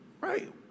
right